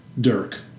Dirk